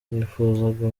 nifuzaga